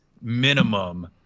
minimum